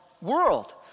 world